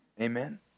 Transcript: Amen